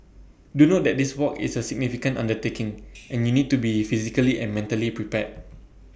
do note that this walk is A significant undertaking and you need to be physically and mentally prepared